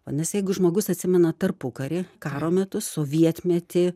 o nes jeigu žmogus atsimena tarpukarį karo metus sovietmetį